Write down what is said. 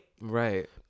Right